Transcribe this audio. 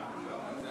אם כבר שר האוצר פה,